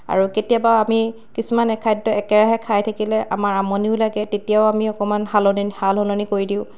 আৰু কেতিয়াবা আমি কিছুমান খাদ্য একেৰাহে খাই থাকিলে আমাৰ আমনিও লাগে তেতিয়াও আমি অকণমান সালনি সাল সলনি কৰি দিওঁ